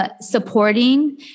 supporting